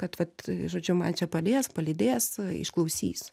bet vat žodžiu man čia padės palydės išklausys